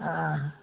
ہاں